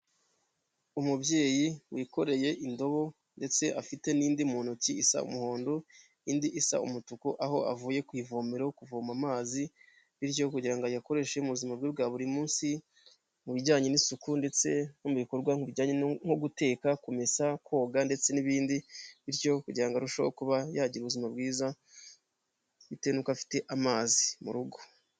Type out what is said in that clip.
Umubyeyi wikoreye indobo ndetse afite n'indi mu ntoki isa umuhondo, indi isa umutuku aho avuye ku ivome kuvoma amazi, bityo kugira ngo ayakoreshe mu buzima bwe bwa buri munsi mu bijyanye n'isuku ndetse no mu bikorwajyanye nko guteka, kumesa, koga ndetse n'ibindi bityo kugira ngo arusheho kuba yagira ubuzima bwiza, bitewe nuko afite amazi mu rugo.